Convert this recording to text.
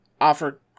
offer